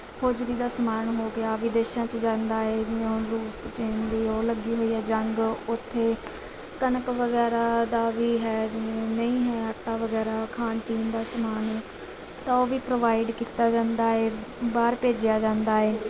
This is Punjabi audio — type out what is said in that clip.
ਹੋਜਰੀ ਦਾ ਸਮਾਨ ਹੋ ਗਿਆ ਵਿਦੇਸ਼ਾਂ 'ਚ ਜਾਂਦਾ ਹੈ ਜਿਵੇਂ ਹੁਣ ਰੂਸ ਅਤੇ ਚੀਨ ਦੀ ਉਹ ਲੱਗੀ ਹੋਈ ਹੈ ਜੰਗ ਉੱਥੇ ਕਣਕ ਵਗੈਰਾ ਦਾ ਵੀ ਹੈ ਜਿਵੇਂ ਨਹੀਂ ਹੈ ਆਟਾ ਵਗੈਰਾ ਖਾਣ ਪੀਣ ਦਾ ਸਮਾਨ ਤਾਂ ਉਹ ਵੀ ਪ੍ਰੋਵਾਈਡ ਕੀਤਾ ਜਾਂਦਾ ਹੈ ਬਾਹਰ ਭੇਜਿਆ ਜਾਂਦਾ ਹੈ